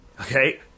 okay